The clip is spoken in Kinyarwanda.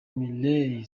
miley